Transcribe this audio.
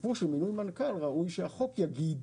ראוי שהחוק יגיד